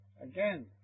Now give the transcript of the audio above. Again